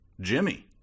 Jimmy